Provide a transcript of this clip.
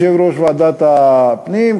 יושבת-ראש ועדת הפנים,